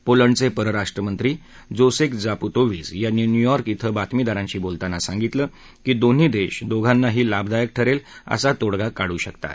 पोलंडचे परराष्ट्र मंत्री Jacek Czaputowicz यांनी न्यूयॉर्क िं बातमीदारांशी बोलताना सांगितलं की दोन्ही देश दोघांनाही लाभदायक ठरेल असा तोडगा काढू शकतात